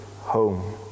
home